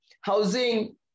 housing